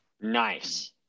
Nice